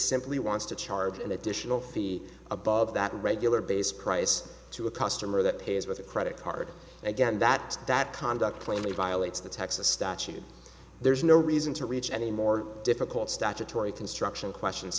simply wants to charge an additional fee above that regular base price to a customer that pays with a credit card again that that conduct plainly violates the tech the statute there's no reason to reach any more difficult statutory construction questions